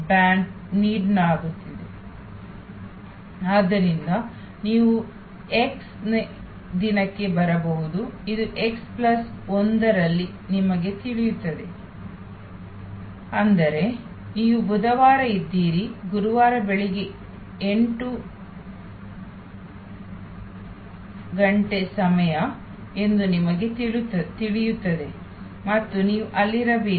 ಆದ್ದರಿಂದ ನೀವು x ನೇ ದಿನಕ್ಕೆ ಬರಬಹುದು ಅದು x ಪ್ಲಸ್ 1 ರಲ್ಲಿ ನಿಮಗೆ ತಿಳಿಯುತ್ತದೆ ಅಂದರೆ ನೀವು ಬುಧವಾರ ಇದ್ದೀರಿ ಗುರುವಾರ ಬೆಳಿಗ್ಗೆ 8 AM ಸಮಯ ಎಂದು ನಿಮಗೆ ತಿಳಿಯುತ್ತದೆ ಮತ್ತು ನೀವು ಅಲ್ಲಿರಬೇಕು